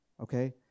okay